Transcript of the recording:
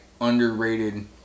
underrated